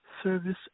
service